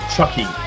Chucky